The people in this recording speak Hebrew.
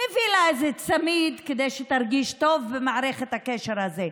מביא לה איזה צמיד כדי שהיא תרגיש טוב במערכת הקשר הזאת,